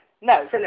no